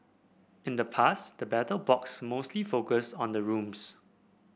in the past the Battle Box mostly focused on the rooms